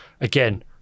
again